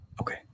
Okay